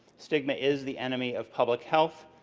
stigma is the enemy of public health.